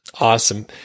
awesome